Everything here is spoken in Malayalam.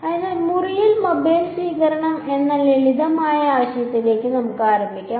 അതിനാൽ മുറിയിൽ മൊബൈൽ സ്വീകരണം എന്ന ഈ ലളിതമായ ആശയത്തിൽ നിന്ന് നമുക്ക് ആരംഭിക്കാം